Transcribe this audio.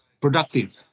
productive